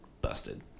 Busted